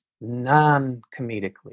non-comedically